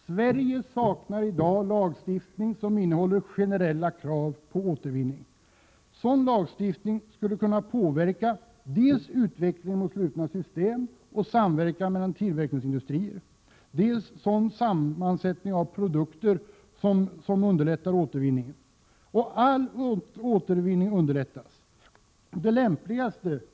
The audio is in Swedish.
Sverige saknar i dag en lagstiftning som innehåller generella krav på återvinning. En sådan lagstiftning skulle kunna påverka dels en utveckling — Prot. 1987/88:134 mot slutna system och samverkan mellan tillverkningsindustrier, dels en 6 juni 1988 sådan sammansättning av produkter som underlättar återvinningen. All återvinning skall underlättas.